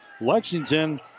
Lexington